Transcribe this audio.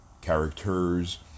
characters